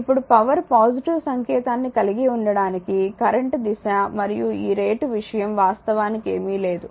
ఇప్పుడు power positive సంకేతాన్ని కలిగి ఉండటానికి కరెంట్ దిశ మరియు ఈ రేటు విషయం వాస్తవానికి ఏమీ లేదు